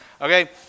okay